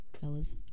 fellas